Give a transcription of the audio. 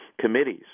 committees